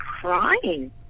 crying